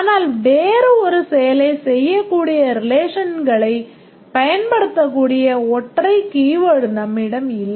ஆனால் வேறு ஒரு செயலைச் செய்யக் கூடிய relationsகளைச் செயல்படுத்தக்கூடிய ஒற்றை keyword நம்மிடம் இல்லை